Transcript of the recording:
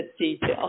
detail